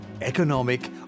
economic